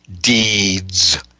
Deeds